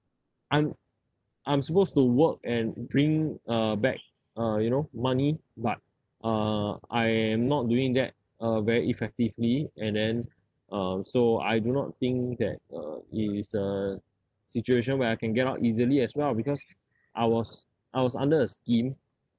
I'm I'm supposed to work and bring uh back uh you know money but uh I am not doing that uh very effectively and then um so I do not think that uh it is a situation where I can get out easily as well because I was I was under a scheme